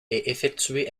effectué